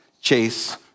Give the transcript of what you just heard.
chase